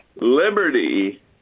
Liberty